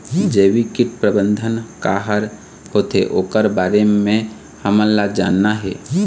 जैविक कीट प्रबंधन का हर होथे ओकर बारे मे हमन ला जानना हे?